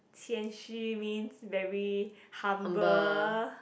谦虚 means very humble